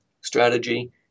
strategy